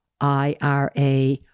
IRA